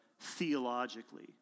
theologically